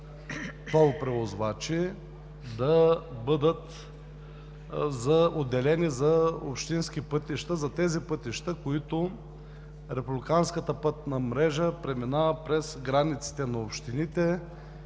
тол превозвачи да бъдат отделени за общински пътища – за тези пътища, които републиканската пътна мрежа преминава през границите на общините